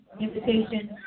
Invitation